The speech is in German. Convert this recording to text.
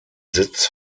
sitz